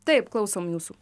taip klausom jūsų